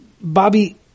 Bobby